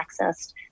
accessed